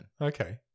Okay